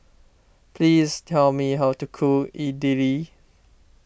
please tell me how to cook Idili